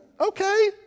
Okay